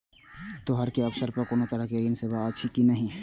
त्योहार के अवसर पर कोनो तरहक ऋण सेवा अछि कि नहिं?